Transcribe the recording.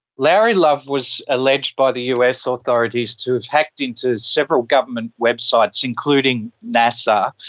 lauri love was alleged by the us authorities to have hacked into several government websites, including nasa,